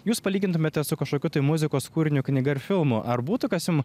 jūs palygintumėte su kašokiu tai muzikos kūriniu knyga ar filmu ar būtų kas jum